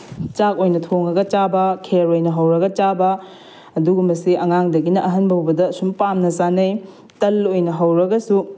ꯆꯥꯛ ꯑꯣꯏꯅ ꯊꯣꯡꯂꯒ ꯆꯥꯕ ꯈꯦꯔ ꯑꯣꯏꯅ ꯍꯧꯔꯒ ꯆꯥꯕ ꯑꯗꯨꯒ ꯃꯁꯤ ꯑꯉꯥꯡꯗꯒꯤꯅ ꯑꯍꯜ ꯐꯥꯎꯕꯗ ꯑꯁꯨꯝ ꯄꯥꯝꯅ ꯆꯥꯅꯩ ꯇꯜ ꯑꯣꯏꯅ ꯍꯧꯔꯒꯁꯨ